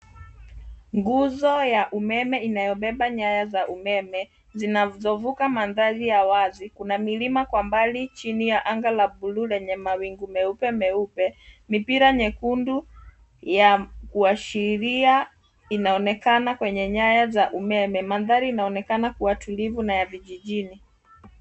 Nguzo ya umeme inayobeba nyaya za umeme zinazovuka mandhari ya wazi. Kuna milima kwa mbali chini ya anga la bluu lenye mawingu meupe meupe. Mipira nyekundu ya kuashiria inaonekana kwenye nyaya za umeme. Mandhari inaonekana kuwa tulivu na ya vijijini.